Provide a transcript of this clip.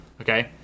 Okay